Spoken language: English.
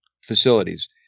facilities